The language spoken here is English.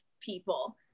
people